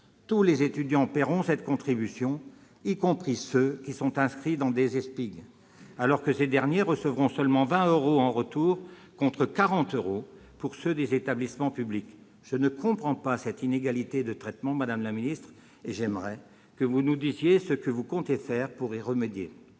tous les étudiants paieront cette contribution, y compris ceux qui sont inscrits dans des EESPIG, ces derniers recevront seulement 20 euros en retour, contre 40 euros pour les étudiants des établissements publics. Je ne comprends pas cette inégalité de traitement, madame la ministre, et j'aimerais que vous nous disiez ce que vous comptez faire pour y remédier.